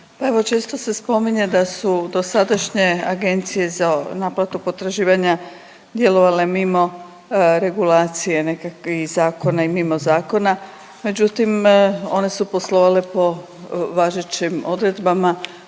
često se spominje da su dosadašnje agencije za naplatu potraživanja djelovale mimo regulacije nekakvih zakona i mimo zakona. Međutim, one su poslovale po važećim odredbama,